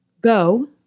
go